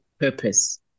purpose